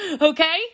Okay